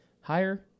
higher